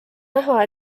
näha